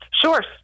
Sure